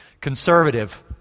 conservative